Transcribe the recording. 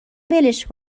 ولش